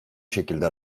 şekilde